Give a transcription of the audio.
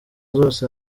zose